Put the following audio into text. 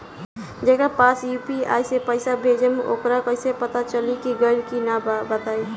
जेकरा पास यू.पी.आई से पईसा भेजब वोकरा कईसे पता चली कि गइल की ना बताई?